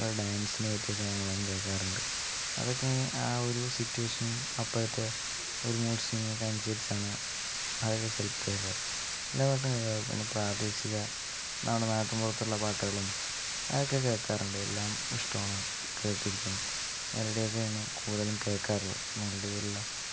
ഡാൻസിന് പറ്റിയ സോങ്ങുകളും കേൾക്കാറുണ്ട് അതൊക്കെ ആ ഒരു സിറ്റുവേഷനും അപ്പോഴത്തെ ഒരു മൂഡ് സ്വിങ്ങൊക്കെ അനുസരിച്ചാണ് അതൊക്കെ സെലക്ട് ചെയ്യാറുള്ളത് എല്ലാ പാട്ടും കേൾക്കും പിന്നെ പ്രാദേശിക എന്താണ് പിന്നെ നാട്ടും പുറത്തുള്ള പാട്ടുകളും അതൊക്കെ കേൾക്കാറുണ്ട് എല്ലാം ഇഷ്ടമാണ് കേട്ടിരിക്കും മെലഡിയൊക്കെയാണ് കൂടുതലും കേൾക്കാറുള്ളത് മെലഡി പോലുള്ള